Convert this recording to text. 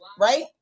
right